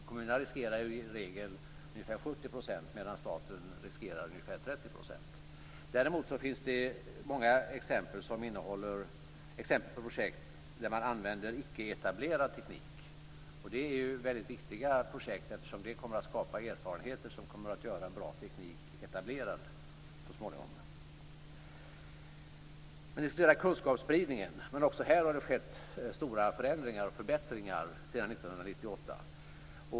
Kommunerna riskerar i regel ungefär 70 %, medan staten riskerar ungefär 30 %. Det finns däremot många exempel på projekt där man använder en icke etablerad teknik. Det är väldigt viktiga projekt, eftersom de kommer att skapa erfarenhter som så småningom kommer att göra bra teknik etablerad. Man diskuterar också kunskapsspridningen. Också här har det skett stora förändringar och förbättringar sedan 1998.